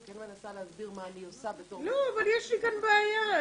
אני כן מנסה להסביר מה אני עושה בתור --- אבל יש כאן בעיה.